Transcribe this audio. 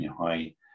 high